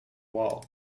wall